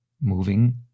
moving